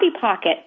Pocket